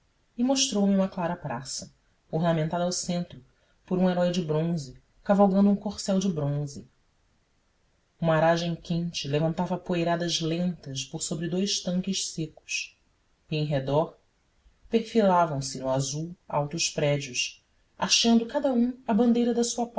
e mostrou-me uma clara praça ornamentada ao centro por um herói de bronze cavalgando um corcel de bronze uma aragem quente levantava poeiradas lentas por sobre dous tanques secos e em redor perfilavam se no azul altos prédios hasteando cada um a bandeira da sua